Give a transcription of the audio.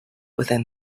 within